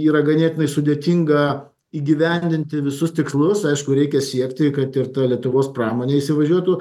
yra ganėtinai sudėtinga įgyvendinti visus tikslus aišku reikia siekti kad ir lietuvos pramonė įsivažiuotų